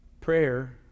Prayer